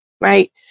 Right